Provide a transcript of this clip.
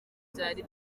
byari